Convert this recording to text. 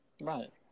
Right